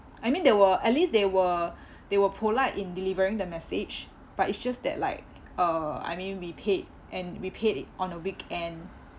I mean they were at least they were they were polite in delivering the message but it's just that like uh I mean we paid and we paid on a weekend